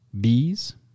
bees